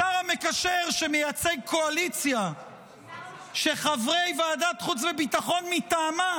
השר המקשר שמייצג קואליציה שחברי ועדת החוץ והביטחון מטעמה